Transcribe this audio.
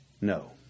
No